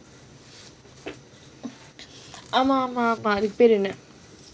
ஆமா ஆமா ஆமா:aaama aaama aaama